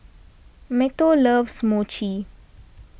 Matteo loves Mochi